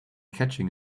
catching